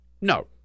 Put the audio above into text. No